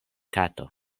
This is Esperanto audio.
kato